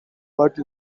but